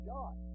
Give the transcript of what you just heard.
God